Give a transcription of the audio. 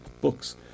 books